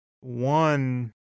one